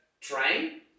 train